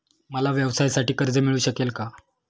मला व्यवसायासाठी कर्ज मिळू शकेल का?